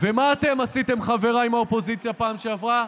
ומה אתם עשיתם, חבריי מהאופוזיציה, בפעם שעברה?